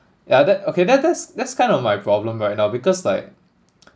yeah that okay that that's that's kind of my problem right now because like